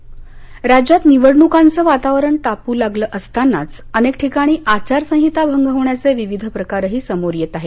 आचारसंहिता राज्यात निवडणुकांचं वातावरण तापू लागलं असतानाच अनेक ठिकाणी आचारसंहिता भंग होण्याचे विविध प्रकारही समोर येत आहेत